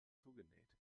zugenäht